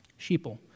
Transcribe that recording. sheeple